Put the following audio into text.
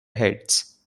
heads